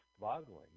boggling